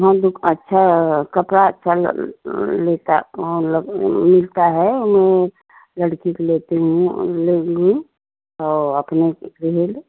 हम दुक अच्छा कपड़ा चल लेता मतलब मिलता है में लड़की के लेती हूँ लूंगी और अपने लिए